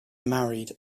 married